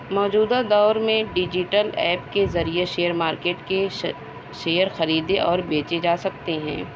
موجودہ دور میں ڈیجیٹل ایپ کے ذریعے شیئر مارکیٹ کے شیئر خریدے اور بیچے جا سکتے ہیں